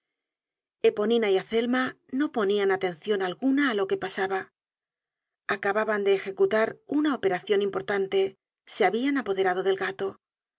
plomo eponina y azelma no ponian atencion alguna á lo que pasaba acababan de ejecutar una operacion importante se habian apoderado del gato